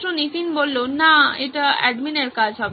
ছাত্র নীতিন না এটা অ্যাডমিনের কাজ